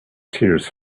tears